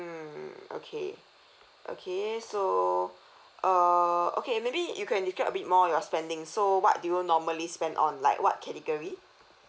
mm okay okay so err okay maybe you can describe a bit more your spending so what do you normally spend on like what category